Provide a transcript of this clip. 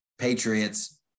Patriots